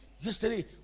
yesterday